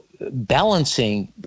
balancing